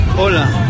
Hola